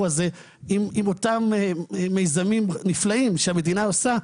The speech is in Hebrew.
הזה עם אותם מיזמים נפלאים שהמדינה עושה,